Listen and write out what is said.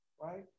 right